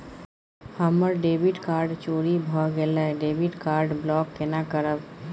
हमर debit card चोरी भगेलै डेबिट कार्ड ब्लॉक केना करब?